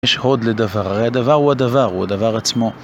יש הוד לדבר, הדבר הוא הדבר, הוא הדבר עצמו.